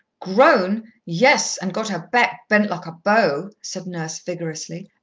grown! yes, and got her back bent like a bow, said nurse vigorously.